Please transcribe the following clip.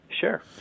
sure